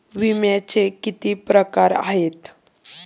विम्याचे किती प्रकार आहेत?